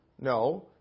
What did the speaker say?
No